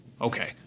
Okay